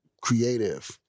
creative